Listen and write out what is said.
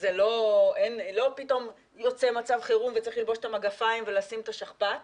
לא פתאום יוצא מצב חירום וצריך ללבוש את המגפיים ולשים את השכפ"ץ,